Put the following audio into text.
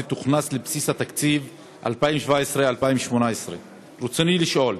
תוכנס לבסיס התקציב 2017 2018. רצוני לשאול: